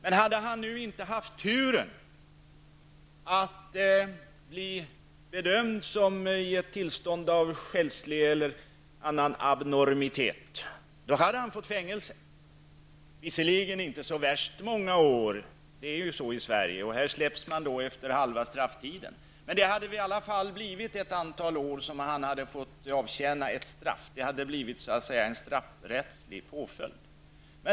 Om han inte hade haft tur att bli bedömd som i ett tillstånd av själslig eller annan abnormitet hade han fått fängelse. Han hade visserligen inte fått så många år. Det är på det sättet i Sverige. Här släpps man efter halva strafftiden. Det hade i alla fall blivit ett antal år som han hade fått avtjäna ett straff -- en straffrättslig påföljd.